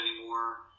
anymore